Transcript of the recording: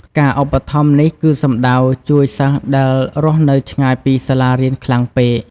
ការឧបត្ថម្ភនេះគឺសំដៅជួយសិស្សដែលរស់នៅឆ្ងាយពីសាលារៀនខ្លាំងពេក។